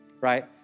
right